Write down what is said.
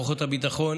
כוחות הביטחון